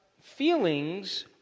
feelings